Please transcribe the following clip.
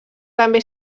també